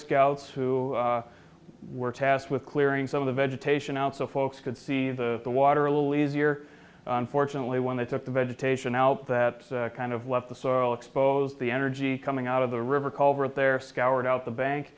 scouts who were tasked with clearing some of the vegetation out so folks could see the the water a little easier unfortunately when they took the vegetation out that kind of left the soil exposed the energy coming out of the river culvert there scoured out the bank